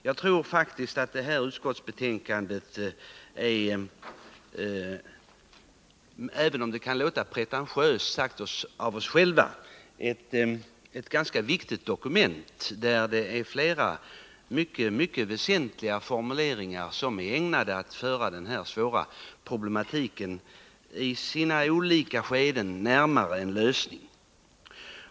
Jag tror faktiskt att detta utskottsbetänkande — även om det kan låta pretentiöst — är ett ganska viktigt dokument. I betänkandet finns flera mycket väsentliga formuleringar som är ägnade att föra denna svåra problematik närmare en lösning.